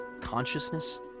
consciousness